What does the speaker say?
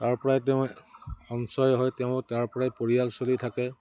তাৰপৰাই তেওঁ সঞ্চয় হয় তেওঁ তাৰপৰাই পৰিয়াল চলি থাকে